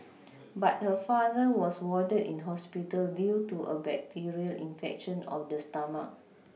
but her father was warded in hospital due to a bacterial infection of the stomach